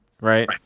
right